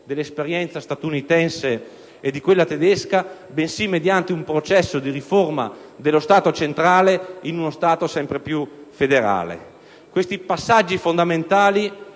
dell'esperienza statunitense e di quella tedesca, bensì mediante un processo di riforma dello Stato centrale in uno sempre più federale. Questi passaggi fondamentali,